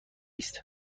است